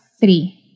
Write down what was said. Three